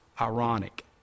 Ironic